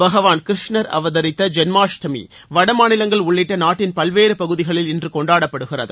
பகவான் கிருஷ்ணர் அவதரித்த ஜென்மாஷ்டமி வட மாநிலங்கள் உள்ளிட்ட நாட்டின் பல்வேறு பகுதிகளில் இன்று கொண்டாடப்படுகிறது